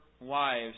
wives